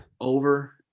over